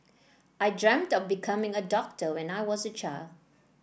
I dreamt of becoming a doctor when I was a child